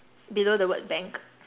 below the word bank